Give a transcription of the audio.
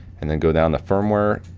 and then go down to firmware,